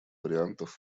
вариантов